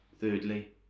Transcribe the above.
Thirdly